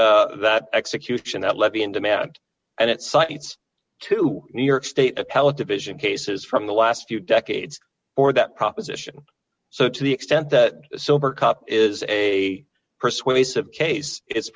that execution outlet be in demand and it cites two new york state appellate division cases from the last few decades or that proposition so to the extent that silver cup is a persuasive case it's